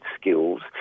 skills